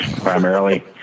Primarily